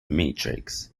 matrix